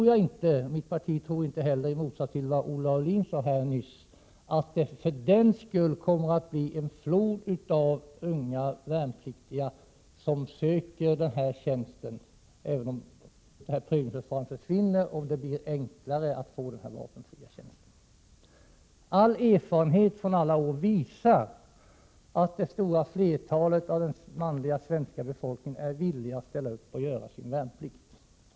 Jag och mitt parti tror inte, i motsats till vad Olle Aulin sade här nyss, att en flod av unga värnpliktiga skulle söka vapenfri tjänst om prövningsförfarandet försvinner och det blir enklare att få vapenfri tjänst. All erfarenhet från alla år visar att det stora flertalet av den manliga svenska befolkningen är villig att ställa upp och göra sin värnplikt.